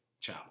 Ciao